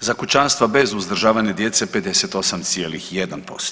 za kućanstva bez uzdržavanja djece 58,1%